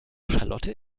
charlotte